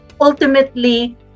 ultimately